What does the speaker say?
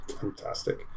fantastic